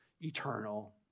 eternal